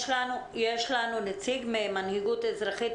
יש לנו נציג ממנהיגות אזרחית,